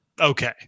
Okay